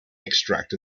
extract